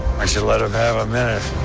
we should let him have a minute.